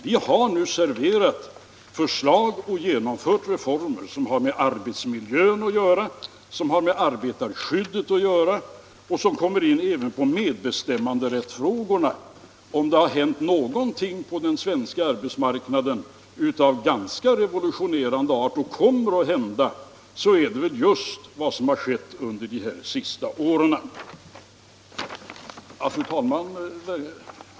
Vi har nu serverat förslag och genomfört reformer som har med arbetsmiljön att göra, som har med arbetsskyddet att göra, och vi kommer in även på medbestämmanderättsfrågorna. Om det hänt och kommer att hända någonting på den svenska arbetsmarknaden av ganska revolutionerande art är det just vad som skett under de senaste åren och håller på att ske nu. Fru talman!